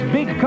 Big